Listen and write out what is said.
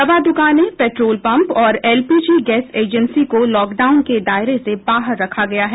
दवा दुकानें petrol pump और एलपीजी गैस एजेंसी को लॉकडाउन के दायरे से बाहर रखा गया है